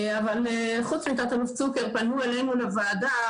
אבל חוץ מתא"ל צוקר פנו אלינו לוועדה,